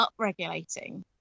upregulating